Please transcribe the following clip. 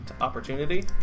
opportunity